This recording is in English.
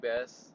best